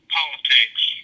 politics